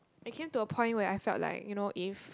it came to a point where I feel like you know if